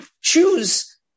choose